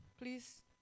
please